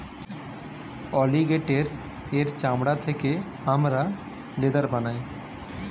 অলিগেটের এর চামড়া থেকে হামরা লেদার বানাই